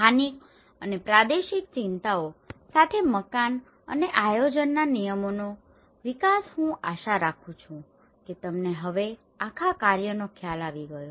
સ્થાનિક અને પ્રાદેશિક ચિંતાઓ સાથે મકાન અને આયોજનના નિયમોનો વિકાસ હું આશા રાખું છું કે તમને હવે આખા કાર્યનો ખ્યાલ આવી ગયો છે